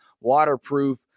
waterproof